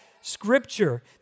scripture